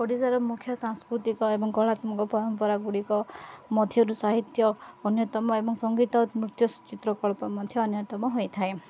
ଓଡ଼ିଶାର ମୁଖ୍ୟ ସାଂସ୍କୃତିକ ଏବଂ କଳାତ୍ମକ ପରମ୍ପରାଗୁଡ଼ିକ ମଧ୍ୟରୁ ସାହିତ୍ୟ ଅନ୍ୟତମ ଏବଂ ସଙ୍ଗୀତ ନୃତ୍ୟ ଚିତ୍ରକଳ୍ପ ମଧ୍ୟ ଅନ୍ୟତମ ହୋଇଥାଏ